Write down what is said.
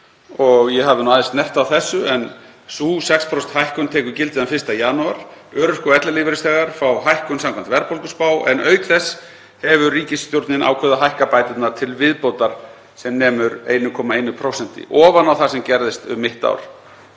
og ég hafði nú aðeins snert á þessu en sú 6% hækkun tekur gildi þann 1. janúar. Örorku- og ellilífeyrisþegar fá hækkun samkvæmt verðbólguspá en auk þess hefur ríkisstjórnin ákveðið að hækka bæturnar til viðbótar sem nemur 1,1%, ofan á það sem gerðist um mitt ár.